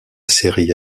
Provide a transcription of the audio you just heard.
série